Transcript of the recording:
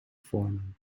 vormen